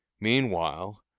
Meanwhile